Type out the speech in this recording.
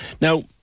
Now